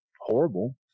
horrible